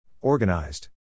Organized